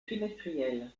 trimestrielle